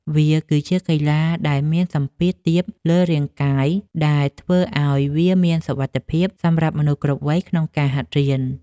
វាគឺជាកីឡាដែលមានសម្ពាធទាបលើរាងកាយ ដែលធ្វើឱ្យវាមានសុវត្ថិភាពសម្រាប់មនុស្សគ្រប់វ័យក្នុងការហាត់រៀន។